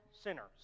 sinners